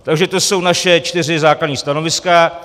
Takže to jsou naše čtyři základní stanoviska.